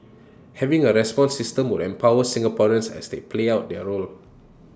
having A response system would empower Singaporeans as they play out their role